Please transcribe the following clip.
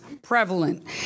Prevalent